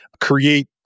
create